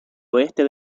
oeste